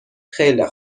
خیلی